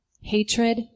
hatred